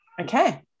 Okay